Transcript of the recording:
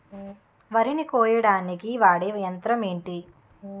వరి ని కోయడానికి వాడే యంత్రం ఏంటి?